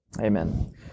Amen